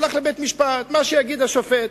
הלך לבית-משפט, מה שיגיד השופט.